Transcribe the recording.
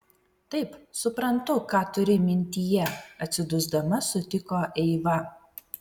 taip suprantu ką turi mintyje atsidusdama sutiko eiva